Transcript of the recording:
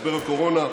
משבר הקורונה.